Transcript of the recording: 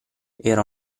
era